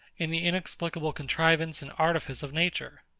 in the inexplicable contrivance and artifice of nature.